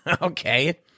okay